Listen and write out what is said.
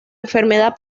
enfermedad